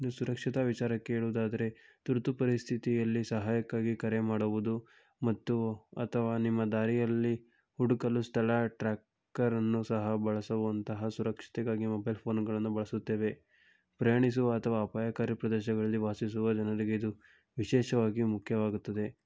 ಇನ್ನು ಸುರಕ್ಷಿತೆ ವಿಚಾರಕ್ಕೆ ಹೇಳುವುದಾದರೆ ತುರ್ತು ಪರಿಸ್ಥಿತಿಯಲ್ಲಿ ಸಹಾಯಕ್ಕಾಗಿ ಕರೆ ಮಾಡುವುದು ಮತ್ತು ಅಥವಾ ನಿಮ್ಮ ದಾರಿಯಲ್ಲಿ ಹುಡುಕಲು ಸ್ಥಳ ಟ್ರಾಕ್ಕರನ್ನು ಸಹ ಬಳಸುವಂತಹ ಸುರಕ್ಷತೆಗಾಗಿ ಮೊಬೈಲ್ ಫೋನುಗಳನ್ನು ಬಳಸುತ್ತೇವೆ ಪ್ರಯಾಣಿಸುವ ಅಥವಾ ಅಪಾಯಕಾರಿ ಪ್ರದೇಶಗಳಲ್ಲಿ ವಾಸಿಸುವ ಜನರಿಗೆ ಇದು ವಿಶೇಷವಾಗಿ ಮುಖ್ಯವಾಗುತ್ತದೆ